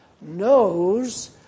knows